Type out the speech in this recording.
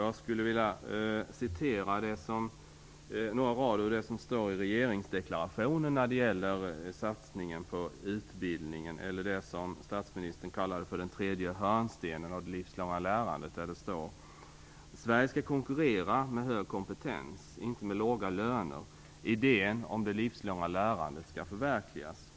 Jag skulle vilja citera några rader ur regeringsdeklarationen när det gäller satsningen på utbildning eller det som statsministern kallade den tredje hörnstenen och det livslånga lärandet. Det står: "Sverige skall konkurrera med hög kompetens, inte med låga löner. Idén om det livslånga lärandet skall förverkligas."